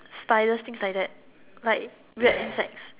spiders things like that like weird insects